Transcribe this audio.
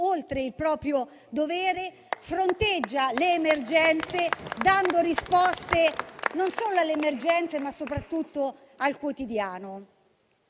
oltre il proprio dovere fronteggia le emergenze dando risposte non solo alle emergenze, ma soprattutto al quotidiano.